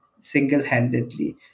single-handedly